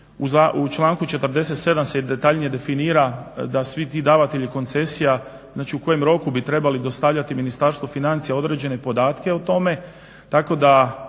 U članku 47. se i detaljnije definira da svi ti davatelji koncesija, znači u kojem roku bi trebali dostavljati Ministarstvu financija određene podatke o tome tako da